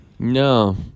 No